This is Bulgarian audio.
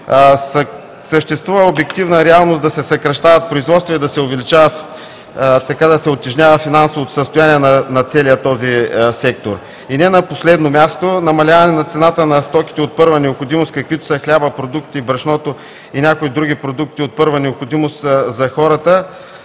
Съществува обективна реалност да се съкращават производства и така да се утежнява финансовото състояние на целия този сектор. И не на последно място, намаляване на цената на стоките от първа необходимост, каквито са хлябът, продуктите и брашното и някои други продукти от първа необходимост за хората,